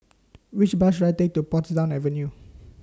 Which Bus should I Take to Portsdown Avenue